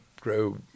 grow